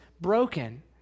broken